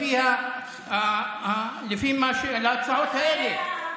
לפי ההצעות האלה.